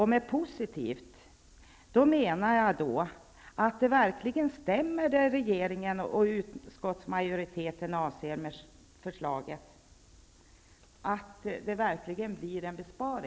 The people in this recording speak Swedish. Med positivt menar jag att det som regeringen och utskottsmajoriteten avser med förslaget -- en verklig besparing -- stämmer.